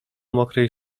mokrej